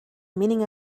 meaning